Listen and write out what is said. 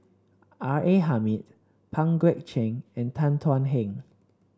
R A Hamid Pang Guek Cheng and Tan Thuan Heng